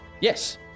yes